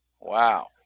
Wow